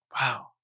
wow